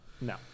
No